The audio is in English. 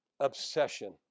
obsession